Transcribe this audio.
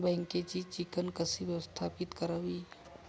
बँकेची चिकण कशी व्यवस्थापित करावी?